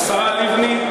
השרה לבני,